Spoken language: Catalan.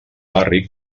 barri